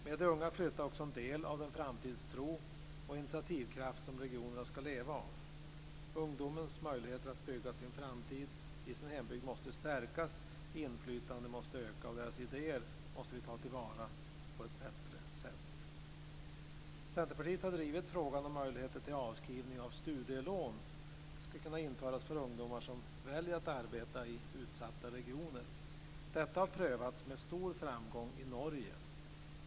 Med de unga flyttar också en del av den framtidstro och initiativkraft som regionerna ska leva av. Ungdomens möjligheter att bygga sin framtid i sin hembygd måste stärkas. Inflytandet måste öka, och vi måste ta till vara deras idéer på ett bättre sätt. Centerpartiet har drivit frågan om att möjligheter till avskrivning av studielån ska kunna införas för ungdomar som väljer att arbeta i utsatta regioner. Detta har prövats med stor framgång i Norge.